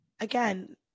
Again